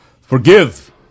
Forgive